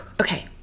Okay